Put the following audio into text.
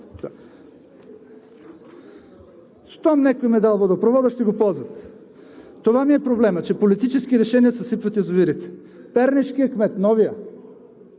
Щом някой им е дал водопровода, ще го ползват. Това ми е проблемът – че политически решения съсипват язовирите. Пернишкият кмет, новият,